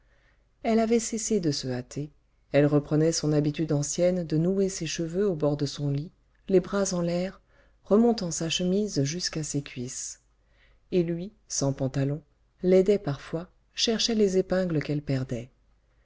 elle avait cessé de se hâter elle reprenait son habitude ancienne de nouer ses cheveux au bord de son lit les bras en l'air remontant sa chemise jusqu'à ses cuisses et lui sans pantalon l'aidait parfois cherchait les épingles qu'elle perdait